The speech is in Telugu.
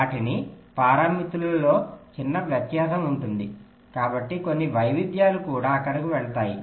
వాటి పారామితులలో చిన్న వ్యత్యాసం ఉంటుంది కాబట్టి కొన్ని వైవిధ్యాలు కూడా అక్కడకు వెళ్తాయి